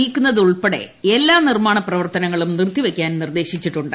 നീക്കുന്നത് ഉൾപ്പെടെ എല്ലാ നിർമ്മാണ മണ്ണ് പ്രവർത്തനങ്ങളും നിർത്തി വെക്കാൻ നിർദ്ദേശിച്ചിട്ടുണ്ട്